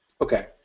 Okay